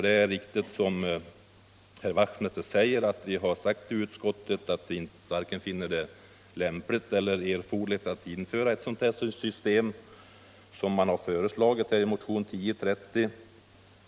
Det är riktigt som herr Wachtmeister säger att utskottet funnit det varken lämpligt eller erforderligt att införa ett sådant system som föreslås i motionen 1030.